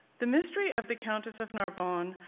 the mystery of the countess of narbonne,